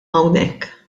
hawnhekk